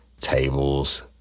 tables